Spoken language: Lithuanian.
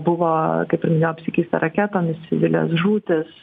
buvo kaip ir minėjau apsikeista raketomis civilės žūtys